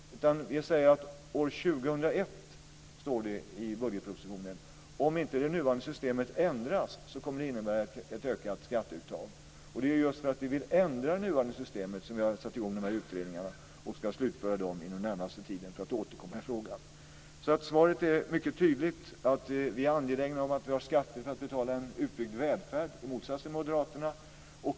I budgetpropositionen står det att om det nuvarande systemet inte kommer att ändras kommer det att innebära ett ökat skatteuttag år 2001. Det är just för att vi vill ändra det nuvarande systemet som vi har tillsatt utredningarna, som ska slutföras inom den närmaste tiden, för att återkomma i frågan. Svaret är alltså mycket tydligt att vi, i motsats till Moderaterna, är angelägna om att vi har skatter för att betala en utbyggd välfärd.